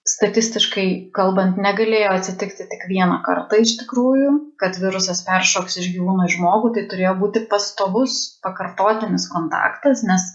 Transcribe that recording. statistiškai kalbant negalėjo atsitikti tik vieną kartą iš tikrųjų kad virusas peršoks iš gyvūno į žmogų tai turėjo būti pastovus pakartotinis kontaktas nes